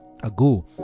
ago